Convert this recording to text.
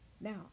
Now